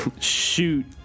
shoot